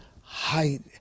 height